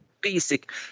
basic